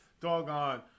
doggone